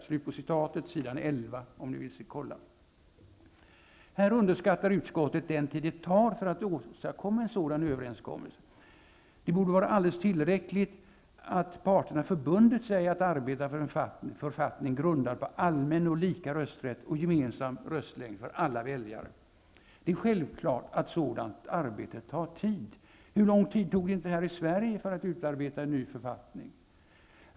Detta står på s. 11 i betänkandet. Här underskattar utskottet den tid det tar för att åstadkomma en sådan överenskommelse. Det borde vara alldeles tillräckligt att parterna förbundit sig att arbeta för en författning, grundad på allmän och lika rösträtt och en gemensam röstlängd för alla väljare. Det är självklart att ett sådant arbete tar tid. Hur lång tid tog det inte här i Sverige att utarbeta en ny författning?